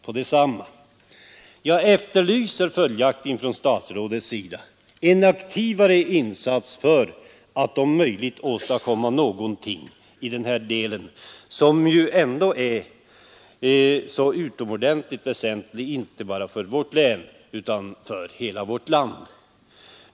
Följaktligen efterlyser jag från statsrådets sida en mer aktiv insats för att om möjligt åstadkomma någonting i den här länsdelen, som är så utomordentligt väsentlig inte bara för vårt län utan för hela vårt land.